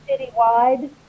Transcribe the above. citywide